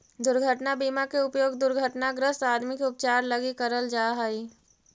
दुर्घटना बीमा के उपयोग दुर्घटनाग्रस्त आदमी के उपचार लगी करल जा हई